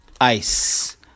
ICE